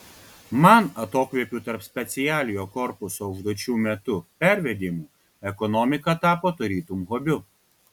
man atokvėpių tarp specialiojo korpuso užduočių metu pervedimų ekonomika tapo tarytum hobiu